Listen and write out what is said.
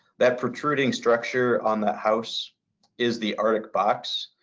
that protruding structure on that house is the arctic box.